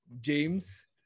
James